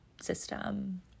system